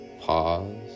pause